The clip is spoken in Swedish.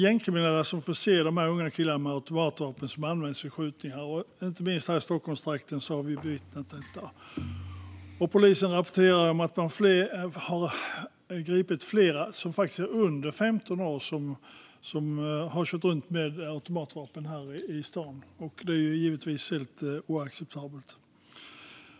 Gängkriminella förser unga killar med automatvapen som används vid skjutning, vilket vi bevittnat inte minst i Stockholmstrakten. Poliser rapporterar om att man gripit flera under 15 år som kört runt i stan med automatvapen, vilket givetvis är helt oacceptabelt.